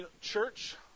church